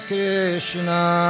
Krishna